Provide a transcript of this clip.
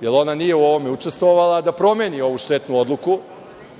jer ona nije u ovome učestvovala da promeni ovu štetnu odluku